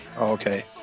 okay